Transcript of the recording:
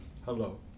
Hello